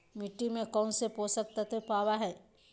मिट्टी में कौन से पोषक तत्व पावय हैय?